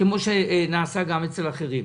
וכמו שנעשה גם אצל אחרים.